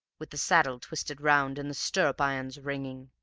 with the saddle twisted round and the stirrup-irons ringing.